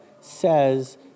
says